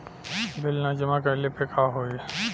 Bill न जमा कइले पर का होई?